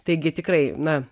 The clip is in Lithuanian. taigi tikrai na